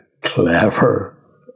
clever